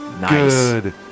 Nice